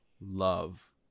love